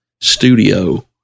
Studio